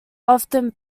often